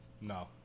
No